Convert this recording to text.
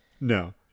No